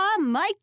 Mike